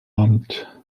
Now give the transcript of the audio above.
armed